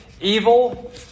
evil